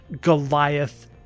Goliath